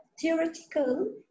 theoretical